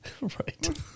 Right